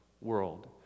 world